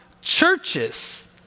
churches